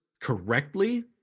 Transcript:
correctly